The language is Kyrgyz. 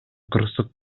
кырсык